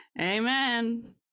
Amen